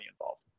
involved